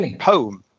home